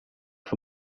für